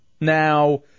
Now